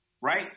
Right